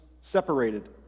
separated